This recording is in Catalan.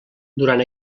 durant